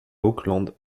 oakland